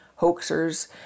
hoaxers